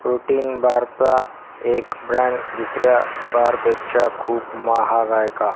protein बारचा एक brand दुसऱ्या बारपेक्षा खूप महाग आहे का